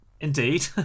Indeed